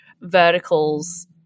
verticals